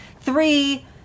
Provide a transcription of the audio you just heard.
three